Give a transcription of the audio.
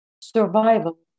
survival